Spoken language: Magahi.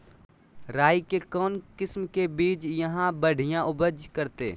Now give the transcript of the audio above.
राई के कौन किसिम के बिज यहा बड़िया उपज करते?